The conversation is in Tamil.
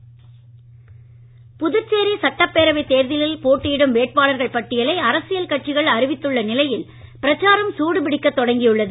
புதுச்சேரி தேர்தல் புதுச்சேரி சட்டப்பேரவை தேர்தலில் போட்டியிடும் வேட்பாளர்கள் பட்டியலை அரசியல் கட்சிகள் அறிவித்துள்ள நிலையில் பிரச்சாரம் சூடு பிடிக்க தொடங்கி உள்ளது